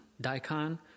daikon